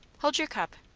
hold your cup.